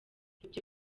ibyo